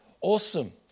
Awesome